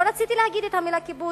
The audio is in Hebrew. לא רציתי להגיד את המלה "כיבוש",